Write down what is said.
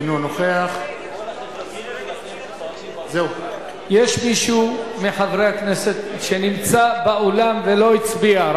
אינו נוכח יש מישהו מחברי הכנסת שנמצא באולם ולא הצביע?